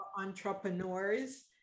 entrepreneurs